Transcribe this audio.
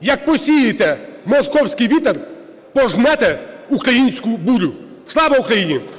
Як посієте московський вітер – пожнете українську бурю. Слава Україні! ГОЛОВУЮЧИЙ.